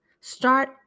start